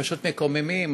פשוט מקוממים.